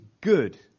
good